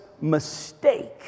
mistake